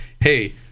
hey